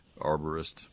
arborist